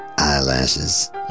Eyelashes